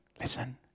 listen